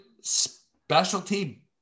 specialty